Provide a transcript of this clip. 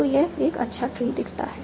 तो यह एक अच्छा ट्री दिखता है